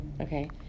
Okay